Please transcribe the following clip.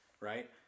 right